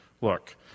Look